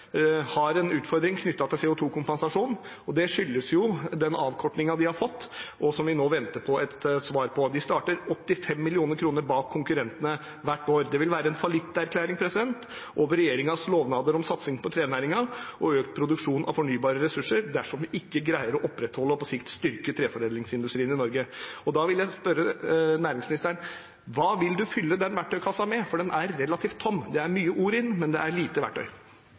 har en utfordring knyttet til CO 2 -kompensasjon, og det skyldes jo avkortningen de har fått, og som vi nå venter et svar på. De starter 85 mill. kr bak konkurrentene hvert år. Det vil være en fallitterklæring for regjeringens lovnader om satsing på trenæringen og økt produksjon av fornybare ressurser dersom vi ikke greier å opprettholde og på sikt styrke treforedlingsindustrien i Norge. Da vil jeg spørre næringsministeren: Hva vil han fylle den verktøykassen med? For den er relativt tom. Det er mange ord i den, men lite verktøy. Jeg er